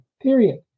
period